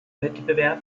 wettbewerb